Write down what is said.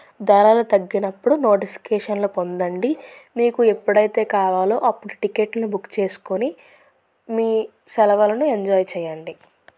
ధరలు తగ్గినప్పుడు నోటిఫికేషన్లు పొందండి మీకు ఎప్పుడైతే కావాలో అప్పుడు టికెట్లను బుక్ చేస్కుని మీ సెలవలను ఎంజాయ్ చెయ్యండి